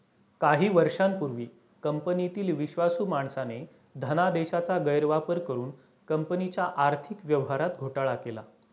काही वर्षांपूर्वी कंपनीतील विश्वासू माणसाने धनादेशाचा गैरवापर करुन कंपनीच्या आर्थिक व्यवहारात घोटाळा केला